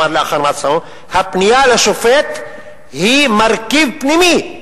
הפנייה לשופט היא מרכיב פנימי",